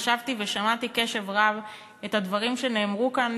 ישבתי ושמעתי בקשב רב את הדברים שנאמרו כאן,